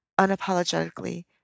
unapologetically